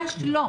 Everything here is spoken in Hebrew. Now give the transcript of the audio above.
ממש לא.